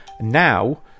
Now